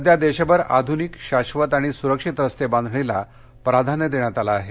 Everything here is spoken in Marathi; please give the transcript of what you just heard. सध्या देशभर आधूनिक शाधत आणि सुरक्षित रस्ते बांधणीला प्राधान्य देण्यात आलं आहे